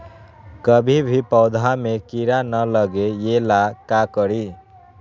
कभी भी पौधा में कीरा न लगे ये ला का करी?